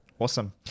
Awesome